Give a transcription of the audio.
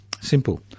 Simple